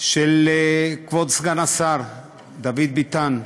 כבוד סגן השר דוד ביטן,